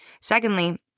Secondly